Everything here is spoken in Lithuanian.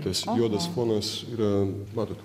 tas juodas fonas yra matot